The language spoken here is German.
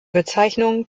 bezeichnungen